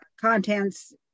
contents